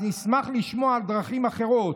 אז אני אשמח לשמוע על דרכים אחרות.